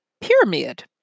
pyramid